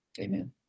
Amen